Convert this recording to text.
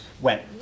went